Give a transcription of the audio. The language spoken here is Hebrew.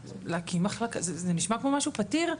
להקים מחלקה, זה נשמע כמו משהו פתיר.